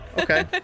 okay